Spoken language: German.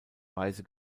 weise